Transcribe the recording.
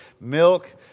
milk